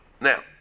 Now